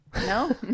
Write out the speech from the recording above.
No